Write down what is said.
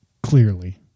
Clearly